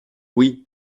oui